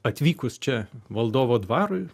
atvykus čia valdovo dvarui